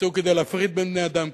הומצאו כדי להפריד בין בני-אדם,